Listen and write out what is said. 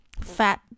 fat